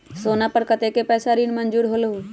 सोना पर कतेक पैसा ऋण मंजूर होलहु?